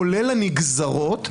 כולל הנגזרות,